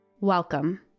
Welcome